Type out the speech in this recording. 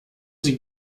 sie